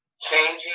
changing